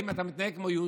האם אתה מתנהג כמו יהודי?